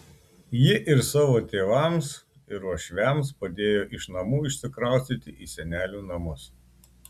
ji ir savo tėvams ir uošviams padėjo iš namų išsikraustyti į senelių namus